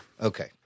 Okay